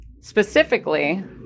specifically